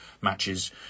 matches